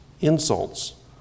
insults